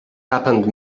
happened